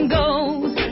goes